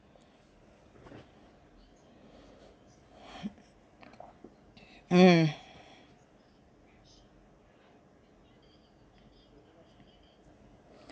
mm